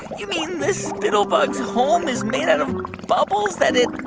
you mean the spittlebug's home is made out of bubbles that it